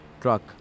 truck